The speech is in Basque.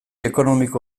ekonomiko